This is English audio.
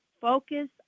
focus